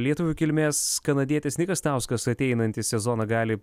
lietuvių kilmės kanadietis nikas stauskas ateinantį sezoną gali